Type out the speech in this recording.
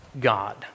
God